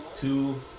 two